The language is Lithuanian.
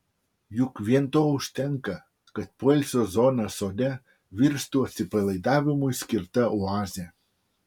juk vien to užtenka kad poilsio zona sode virstų atsipalaidavimui skirta oaze